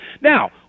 Now